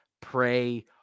pray